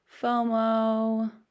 FOMO